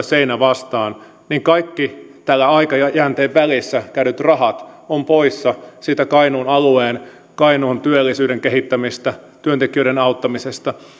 seinä vastaan niin kaikki tämän aikajänteen välissä käytetyt rahat ovat poissa siitä kainuun alueen ja kainuun työllisyyden kehittämisestä ja työntekijöiden auttamisesta